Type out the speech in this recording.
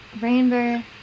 rainbow